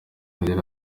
agira